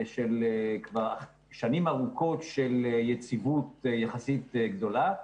של כבר שנים ארוכות של יציבות יחסית גדולה.